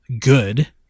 good